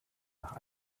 nach